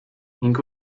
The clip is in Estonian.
ning